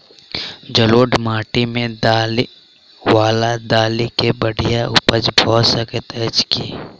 जलोढ़ माटि मे दालि वा दालि केँ बढ़िया उपज भऽ सकैत अछि की?